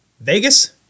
Vegas